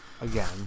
Again